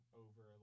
over